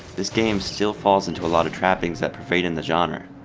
this game still falls into a lot of trappings that pervade in this genre.